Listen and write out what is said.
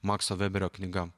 makso vėberio knyga